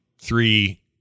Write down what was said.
three